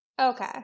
Okay